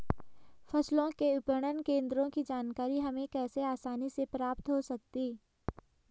फसलों के विपणन केंद्रों की जानकारी हमें कैसे आसानी से प्राप्त हो सकती?